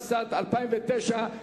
התשס"ט 2009,